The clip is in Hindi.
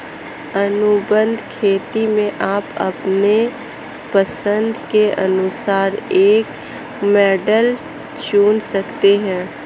अनुबंध खेती में आप अपनी पसंद के अनुसार एक मॉडल चुन सकते हैं